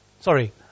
sorry